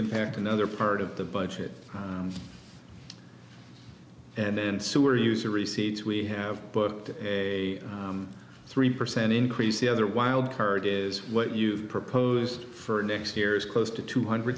impact another part of the budget and then super user receipts we have booked a three percent increase the other wild card is what you've proposed for next year is close to two hundred